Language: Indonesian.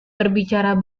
berbicara